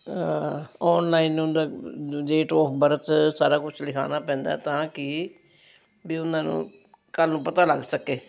online ਉਹਨਾਂ ਦਾ date of birth ਸਾਰਾ ਕੁਛ ਲਿਖਵਾਉਣਾ ਪੈਂਦਾ ਤਾਂ ਕਿ ਵੀ ਉਹਨਾਂ ਨੂੰ ਕੱਲ੍ਹ ਨੂੰ ਪਤਾ ਲੱਗ ਸਕੇ